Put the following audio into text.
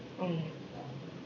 mm